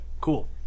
Cool